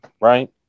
Right